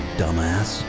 dumbass